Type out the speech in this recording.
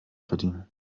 verdienen